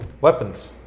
Weapons